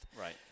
Right